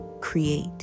create